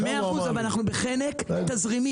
מאה אחוז, אבל אנחנו בחנק תזרימי.